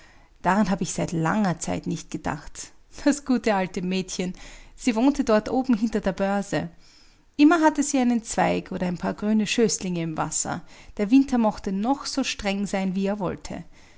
daran habe ich seit langer zeit nicht gedacht das gute alte mädchen sie wohnte dort herum hinter der börse immer hatte sie einen zweig oder ein paar grüne schößlinge im wasser der winter mochte so streng sein wie er wollte